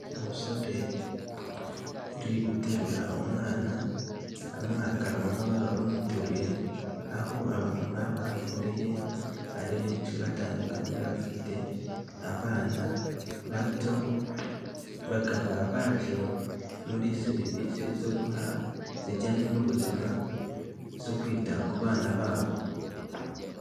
Umusore uri guterura umwana amwaka mama we wari umuteruye, aho abamama bahuriye ari benshi batandukanye bafite abana bato, bakaba baje muri serivisi zo guha zijyanye n'ubuzima zo kwita ku bana babo.